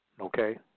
Okay